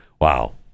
Wow